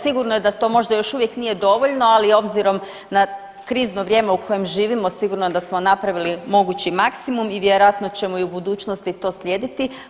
Sigurno je da to možda još uvijek nije dovoljno, ali je obzirom na krizno vrijeme u kojem živimo sigurno da smo napravili mogući maksimum i vjerojatno ćemo i u budućnosti to slijediti.